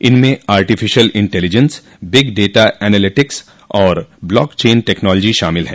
इनमें artificial intelligence big data analytics और blockchain technology शामिल है